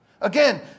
Again